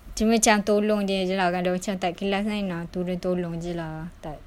cuma macam tolong dia jer lah kalau tak kelas kan tolong tolong jer lah tak